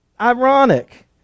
ironic